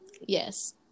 yes